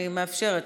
אני מאפשרת.